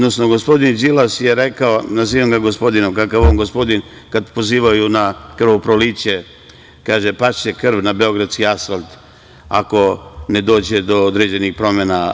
Gospodin Đilas je rekao, nazivam ga gospodinom, kakav on gospodin, kada pozivaju na krvoproliće, kaže – pašće krv na beogradski asfalt ako ne dođe do određenih promena.